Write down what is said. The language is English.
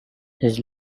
his